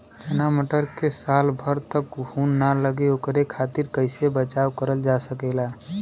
चना मटर मे साल भर तक घून ना लगे ओकरे खातीर कइसे बचाव करल जा सकेला?